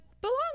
belong